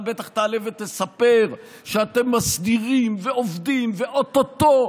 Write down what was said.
אתה בטח תעלה ותספר שאתם מסדירים ועובדים ואו-טו-טו,